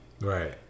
Right